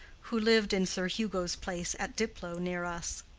who lived in sir hugo's place at diplow, near us.